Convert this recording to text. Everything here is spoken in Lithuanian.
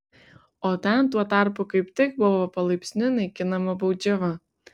o ten tuo tarpu kaip tik buvo palaipsniui naikinama baudžiava